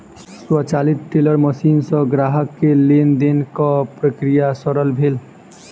स्वचालित teller machine सॅ ग्राहक के लेन देनक प्रक्रिया सरल भेल